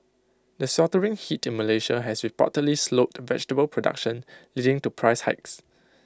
the sweltering heat in Malaysia has reportedly slowed the vegetable production leading to price hikes